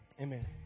amen